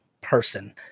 person